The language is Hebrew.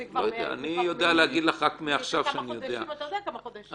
זה כבר לפני כמה חודשים, אתה יודע כמה חודשים.